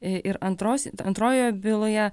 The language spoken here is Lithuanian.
ir antros antrojoje byloje